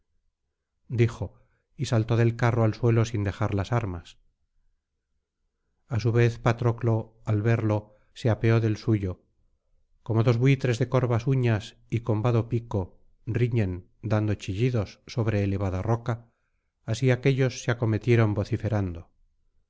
dijo y saltó del carro al suelo sin dejar las armas a su vez patroclo al verlo se apeó del suyo como dos buitres de coras uñas y combado pico riñen dando chillidos sobre elevada roca así aquéllos se acometieron vociferando